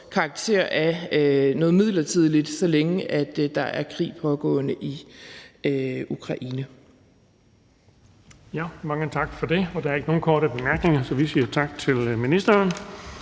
også karakter af noget midlertidigt, så længe der pågår en krig i Ukraine.